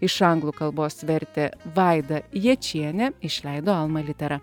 iš anglų kalbos vertė vaida jačienė išleido alma litera